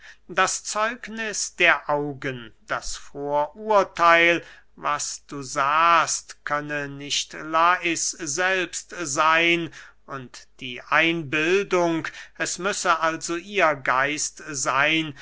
das zeugniß der augen das vorurtheil was du sahst könne nicht lais selbst seyn und die einbildung es müsse also ihr geist seyn